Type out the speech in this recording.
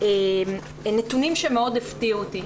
נתונים שמאוד הפתיעו אותי.